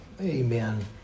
Amen